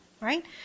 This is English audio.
Right